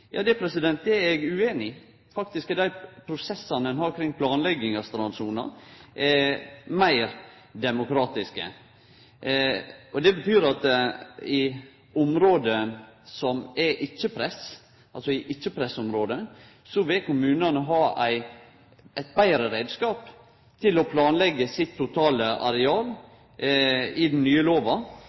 Det er eg ueinig i. Faktisk er dei prosessane ein har kring planlegging av strandsona, meir demokratiske. Det betyr at i område som er ikkje-pressområde, vil kommunane ha ein betre reiskap til å planleggje sitt totale areal i den nye